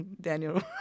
daniel